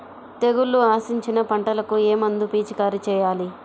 తెగుళ్లు ఆశించిన పంటలకు ఏ మందు పిచికారీ చేయాలి?